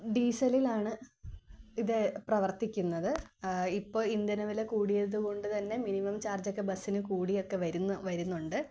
ഡീസലിലാണ് ഇത് പ്രവർത്തിക്കുന്നത് ഇപ്പോൾ ഇഡനവില കൂടിയതുകൊണ്ട് തന്നെ മിനിമം ചാർജൊക്കെ ബസ്സിന് കൂടി ഒക്കെ വരുന്നു വരുന്നുണ്ട്